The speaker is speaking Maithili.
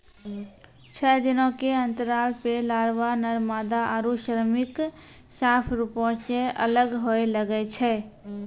छः दिनो के अंतराल पे लारवा, नर मादा आरु श्रमिक साफ रुपो से अलग होए लगै छै